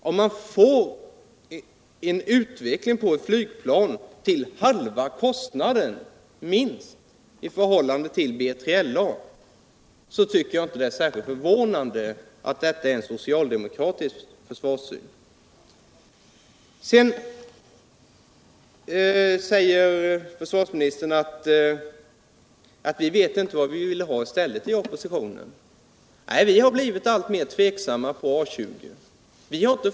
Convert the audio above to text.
Om man får en utveckling av ett Aygplan till högst halva kostnaden i förhållande till BILA, så tycker jag inte att det är särskilt förvånande att detta är en socialdemokratisk försvarssyn. Försvarsministern säger också att man inom oppositionen inte vet vad man vill ha i stället. Vi har blivit alltmer tveksamma när det gäller A 20.